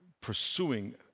pursuing